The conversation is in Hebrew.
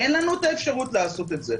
אין לנו האפשרות לעשות את זה,